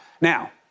Now